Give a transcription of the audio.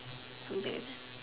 two deaths